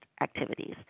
activities